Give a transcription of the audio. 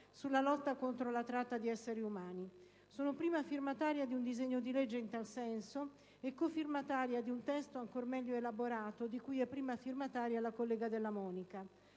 sulla lotta contro la tratta di esseri umani. Sono prima firmataria di un disegno di legge in tal senso e cofirmataria di un testo, ancor meglio elaborato, di cui è prima firmataria la collega Della Monica.